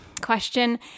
question